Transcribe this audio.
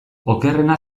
okerrena